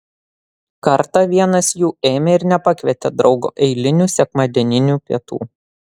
kartą vienas jų ėmė ir nepakvietė draugo eilinių sekmadieninių pietų